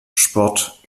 sport